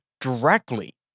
directly